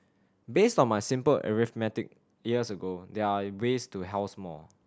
based on my simple arithmetic years ago there are ways to house more